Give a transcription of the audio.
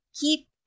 keep